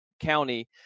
County